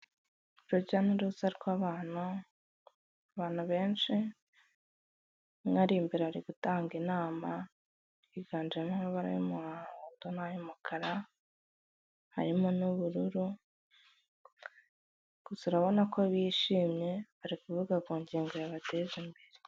Urujya n'uruza rw'abantu, abantu benshi umwe ari imbere ari gutanga inama yiganjemo amabara y'umuhondo nayu mukara harimo n'ubururu, gusa urabona ko bishimye bari kuvuga ku ngingo yabateza imbere.